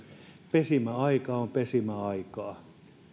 pesimäaika on pesimäaikaa